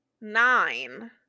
nine